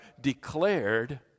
declared